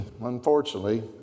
unfortunately